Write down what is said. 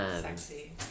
Sexy